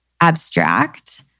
abstract